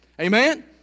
Amen